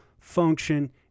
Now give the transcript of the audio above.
function